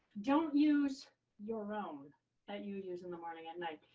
don't use your own that you use in the morning and night.